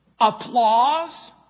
Applause